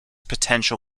potential